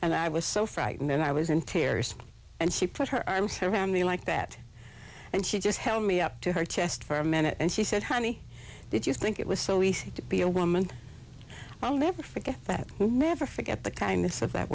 and i was so frightened and i was in tears and she put her arms her family like that and she just held me up to her chest for a minute and she said honey did you think it was so easy to be a woman i'll never forget that never forget the kindness of that